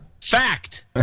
Fact